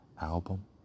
Album